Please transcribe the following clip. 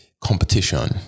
competition